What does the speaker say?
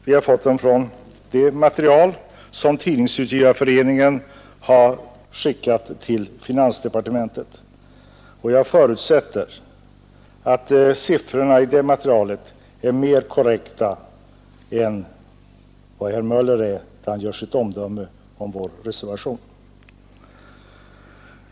Vi har fått dem från det material som Tidningsutgivareföreningen skickat till finansdepartementet, och jag förutsätter att siffrorna i det materialet är mer korrekta än vad herr Möller är då han gör sitt omdöme om vår reservation.